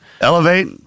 Elevate